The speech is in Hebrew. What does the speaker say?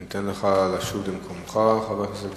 ההצעה להעביר את הצעת חוק זכויות החולה (תיקון מס'